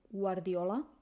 guardiola